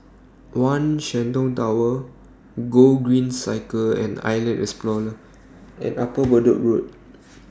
one Shenton Tower Gogreen Cycle and Island Explorer and Upper Bedok Road